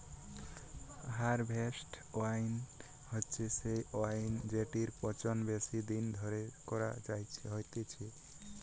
harvest wine হচ্ছে সেই wine জেটির পচন বেশি দিন ধরে করা হতিছে